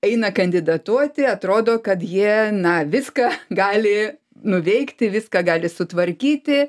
eina kandidatuoti atrodo kad jie na viską gali nuveikti viską gali sutvarkyti